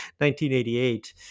1988